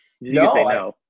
No